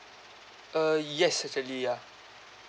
uh yes actually ya